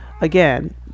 again